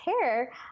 hair